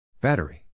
Battery